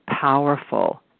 powerful